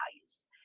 values